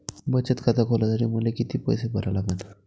बचत खात खोलासाठी मले किती पैसे भरा लागन?